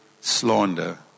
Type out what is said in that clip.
slander